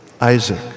Isaac